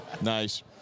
Nice